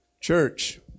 Church